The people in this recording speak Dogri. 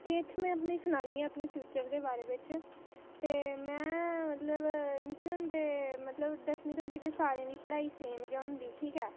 ते इत्थुआं में अपनी सनान्नी आं अपने फ्यूचर दे बारै बिच ते में मतलब निक्के होंदे दसमीं तोड़ी मतलब सारी पढ़ाई सेम गै होंदी ठीक ऐ